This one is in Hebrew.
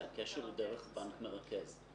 כי הקשר הוא דרך בנק מרכז.